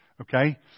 Okay